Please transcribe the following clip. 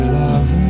love